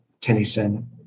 Tennyson